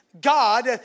God